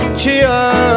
cheer